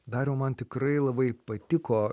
dariau man tikrai labai patiko